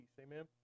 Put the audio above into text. Amen